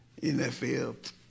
NFL